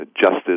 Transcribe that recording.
justice